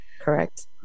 Correct